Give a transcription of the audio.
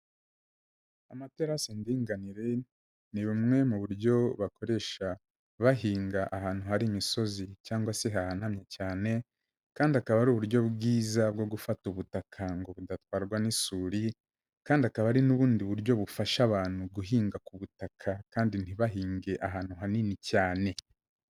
Amaterasi y'indinganire ni bumwe mu buryo bakoresha bahinga ahantu hari imisozi cyangwa se hahanamye cyane, kandi akaba ari uburyo bwiza bwo gufata ubutaka ngo budatwarwa n'isuri, kandi akaba ari n'ubundi buryo bufasha abantu guhinga ku ubutaka kandi ntibahimge ahantu hanini cyane.